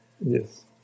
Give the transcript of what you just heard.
Yes